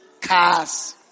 Cars